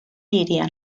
hirian